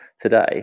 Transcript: today